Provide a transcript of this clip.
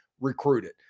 recruited